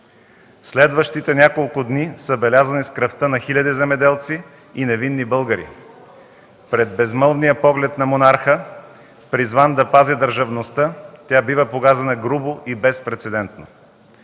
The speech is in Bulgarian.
Следващите няколко дни са белязани с кръвта на хиляди земеделци и невинни българи. Пред безмълвния поглед на монарха, призван да пази държавността, тя бива погазена грубо и безпрецедентно.